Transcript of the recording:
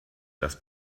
das